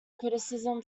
criticism